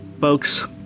Folks